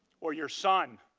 or your son.